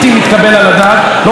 ביטחונית ומקצועית.